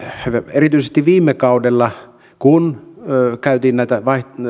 erityisesti viime kaudella kun käytiin näitä